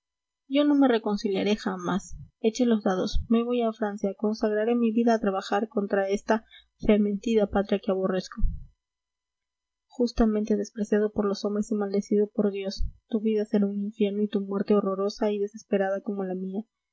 yo no me reconciliaré jamás eché los dados me voy a francia consagraré mi vida a trabajar contra esta fementida patria que aborrezco justamente despreciado por los hombres y maldecido por dios tu vida será un infierno y tu muerte horrorosa y desesperada como la mía